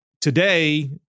today